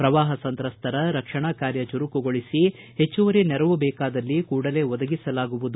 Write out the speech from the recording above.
ಶ್ರವಾಹ ಸಂತ್ರಸ್ತರ ರಕ್ಷಣಾ ಕಾರ್ಯ ಚುರುಕುಗೊಳಿಸಿ ಹೆಚ್ಚುವರಿ ನೆರವು ಬೇಕಾದಲ್ಲಿ ಕೂಡಲೇ ಒದಗಿಸಲಾಗುವುದು